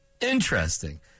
Interesting